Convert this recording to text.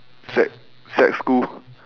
sec sec school